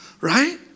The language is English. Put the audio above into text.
right